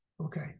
Okay